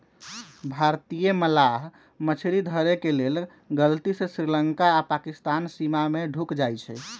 भारतीय मलाह मछरी धरे के लेल गलती से श्रीलंका आऽ पाकिस्तानके सीमा में ढुक जाइ छइ